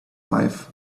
life